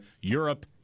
Europe